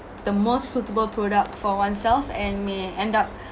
the most suitable product for oneself and may end up